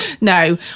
no